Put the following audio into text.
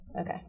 Okay